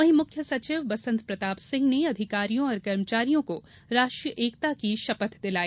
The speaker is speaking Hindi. वहीं मुख्य सचिव बसंत प्रताप सिंह ने अधिकारियों और कर्मचारियों को राष्ट्रीय एकता की शपथ दिलाई